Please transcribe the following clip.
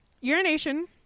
urination